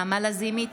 נעמה לזימי,